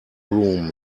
room